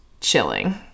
chilling